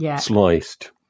sliced